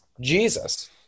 Jesus